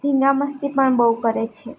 ધિંગા મસ્તી પણ બહુ કરે છે